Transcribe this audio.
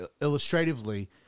illustratively